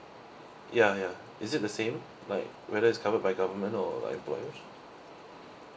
ya ya is it the same like whether is covered by government or like employers